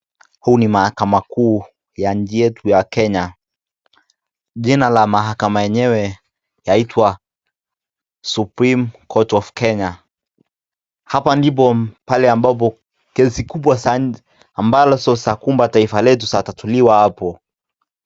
Huu ni mahakama kuu ya nchi yetu ya Kenya jina la mahakama enyewe inaitwa, supreme court of Kenya, hapa ndipo pale ambapo kesi kubwa ambazo za kumpa taifa letu kutatuliwa hapo.